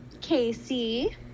Casey